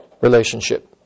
relationship